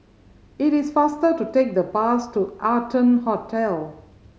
it is faster to take the bus to Arton Hotel